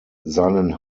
seinen